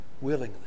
willingly